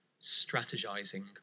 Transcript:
strategizing